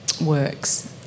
works